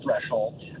threshold